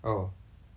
oh